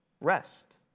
Rest